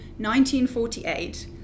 1948